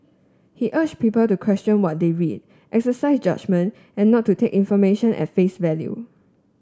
he urged people to question what they read exercise judgement and not to take information at face value